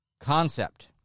concept